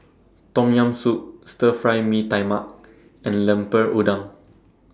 Tom Yam Soup Stir Fry Mee Tai Mak and Lemper Udang